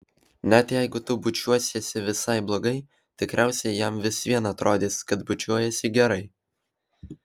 net jeigu tu bučiuosiesi visai blogai tikriausiai jam vis vien atrodys kad bučiuojiesi gerai